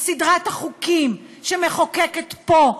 עם סדרת החוקים שהיא מחוקקת פה,